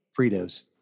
Fritos